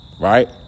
right